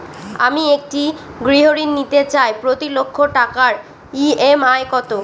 আমি একটি গৃহঋণ নিতে চাই প্রতি লক্ষ টাকার ই.এম.আই কত?